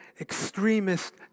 extremist